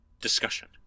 discussion